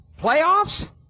playoffs